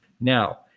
Now